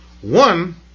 One